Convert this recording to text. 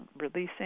releasing